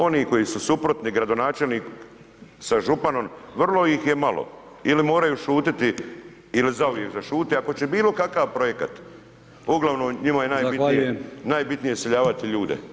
Oni koji su suprotni gradonačelnik sa županom vrlo ih je malo ili moraju šutiti ili zauvijek zašuti ako će bilo kakav projekt, uglavnom njima je najbitnije iseljavati ljude.